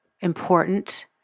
important